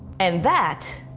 and that,